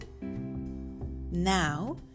Now